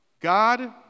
God